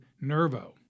Nervo